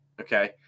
okay